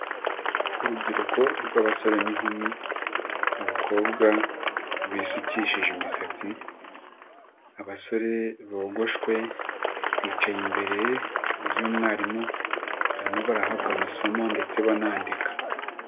Urubyiruko rw'abasore n'inkumi, abakobwa bisukishije imisatsi, abasore bogoshwe bicaye imbere y'umwarimu barimo barahabwa amasomo ndetse banandika.